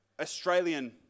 Australian